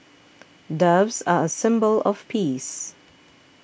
doves are a symbol of peace